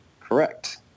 Correct